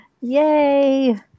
Yay